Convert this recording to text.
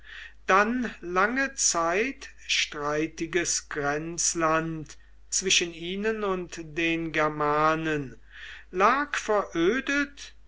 dann lange zeit streitiges grenzland zwischen ihnen und den germanen lag verödet